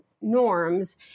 norms